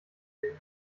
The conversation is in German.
legen